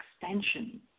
extension